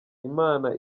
imana